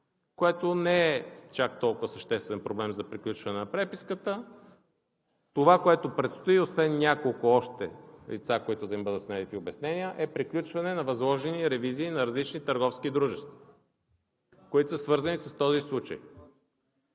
което не е чак толкова съществен проблем за приключване на преписката. Това, което предстои, освен няколко още лица, на които да им бъдат снети обяснения, е приключване на възложени ревизии на различни търговски дружества, които са свързани с този случай.